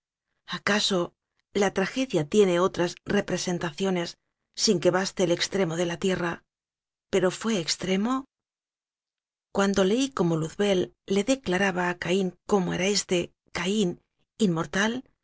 acaso la tragedia tiene otras representaciones sin que baste el extremo de la tierra pero fué extremo cuando leí cómo luzbel le declaraba a caín cómo era éste caín inmortal